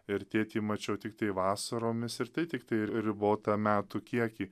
ir tėtį mačiau tiktai vasaromis ir tai tiktai ribotą metų kiekį